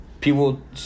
People